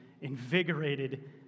invigorated